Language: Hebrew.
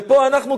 ופה אנחנו,